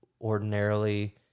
ordinarily